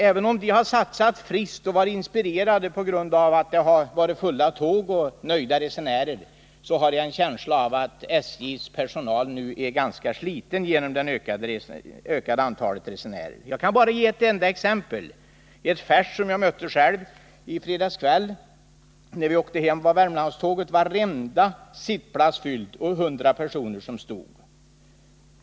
Även om personalen har satsat friskt på service och varit inspirerad på grund av att tågen varit fyllda med nöjda resenärer, har jag en känsla av att SJ:s personal nu blivit ganska sliten på grund av det starkt ökade antalet resenärer på tågen. Jag kan ge ett färskt exempel. I fredags kväll när vi åkte hem med Värmlandståget var varenda sittplats upptagen och hundra personer måste stå.